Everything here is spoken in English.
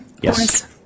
Yes